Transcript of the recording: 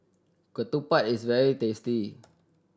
ketupat is very tasty